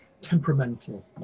temperamental